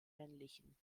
männlichen